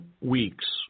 weeks